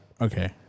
okay